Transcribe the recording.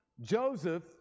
Joseph